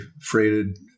freighted